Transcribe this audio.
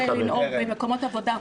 איך לנהוג במקומות עבודה.